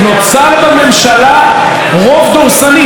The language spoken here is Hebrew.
נוצר בממשלה רוב דורסני.